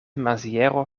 maziero